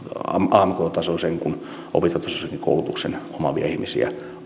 amk tasoisen ja opintotasoisenkin koulutuksen omaavia ihmisiä